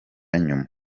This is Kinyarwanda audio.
nyuma